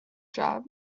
job